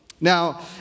Now